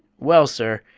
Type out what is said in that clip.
well, sir,